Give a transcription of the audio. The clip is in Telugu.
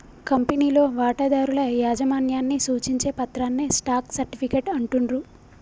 కంపెనీలో వాటాదారుల యాజమాన్యాన్ని సూచించే పత్రాన్నే స్టాక్ సర్టిఫికేట్ అంటుండ్రు